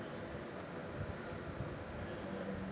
err